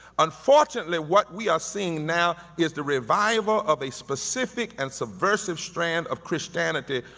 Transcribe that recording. unfortunately, what we are seeing now is the revival of a specific and subversive strand of christianity,